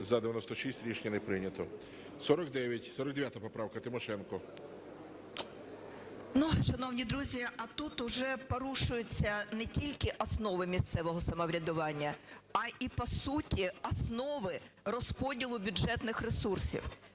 За-96 Рішення не прийнято. 49 поправка, Тимошенко. 14:58:42 ТИМОШЕНКО Ю.В. Шановні друзі, а тут вже порушуються не тільки основи місцевого самоврядування, а і по суті основи розподілу бюджетних ресурсів,